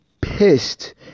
pissed